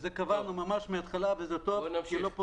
את זה קבענו מהתחלה וזה טוב כי לא פוגעים.